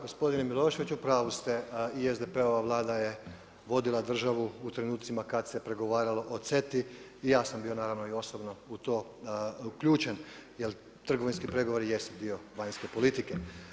Gospodine Milošević u pravu ste i SDP-ova vlada je vodila državu u trenucima kada se pregovaralo o CETA-i i ja sam bio naravno i osobno u to uključen jer trgovinski pregovori jesu dio vanjske politike.